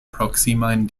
proksimajn